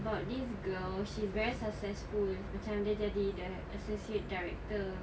it's about this girl she's very successful macam dia jadi the associate director